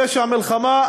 פשע מלחמה?